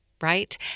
right